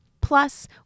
Plus